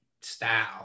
style